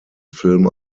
film